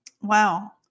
Wow